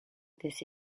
these